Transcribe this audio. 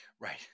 Right